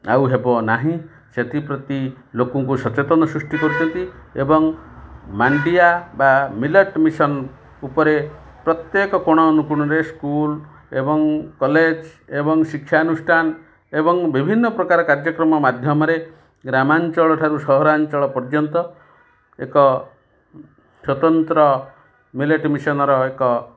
ଆଉ ହେବ ନାହିଁ ସେଥିପ୍ରତି ଲୋକଙ୍କୁ ସଚେତନ ସୃଷ୍ଟି କରୁଚନ୍ତି ଏବଂ ମାଣ୍ଡିଆ ବା ମିଲେଟ୍ ମିସନ୍ ଉପରେ ପ୍ରତ୍ୟେକ କୋଣ ଅନୁକୋଣରେ ସ୍କୁଲ୍ ଏବଂ କଲେଜ୍ ଏବଂ ଶିକ୍ଷାନୁଷ୍ଠାନ ଏବଂ ବିଭିନ୍ନ ପ୍ରକାର କାର୍ଯ୍ୟକ୍ରମ ମାଧ୍ୟମରେ ଗ୍ରାମାଞ୍ଚଳଠାରୁ ସହରାଞ୍ଚଳ ପର୍ଯ୍ୟନ୍ତ ଏକ ସ୍ୱତନ୍ତ୍ର ମିଲେଟ୍ ମିସନ୍ର ଏକ